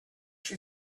she